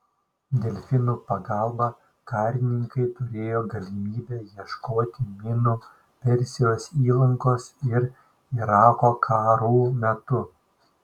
delfinų pagalba karininkai turėjo galimybę ieškoti minų persijos įlankos ir irako karų metu